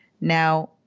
Now